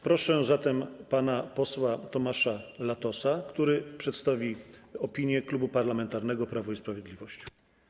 Proszę pana posła Tomasza Latosa, który przedstawi opinię Klubu Parlamentarnego Prawo i Sprawiedliwość.